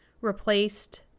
replaced